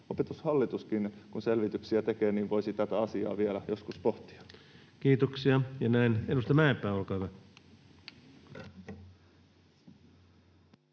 Opetushallituksessakin, kun se selvityksiä tekee — voitaisiin tätä asiaa vielä joskus pohtia. Kiitoksia. — Edustaja Mäenpää, olkaa hyvä.